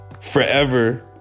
Forever